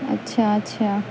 اچھا اچھا